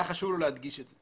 היה חשוב לו להדגיש את זה.